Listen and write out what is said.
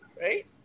right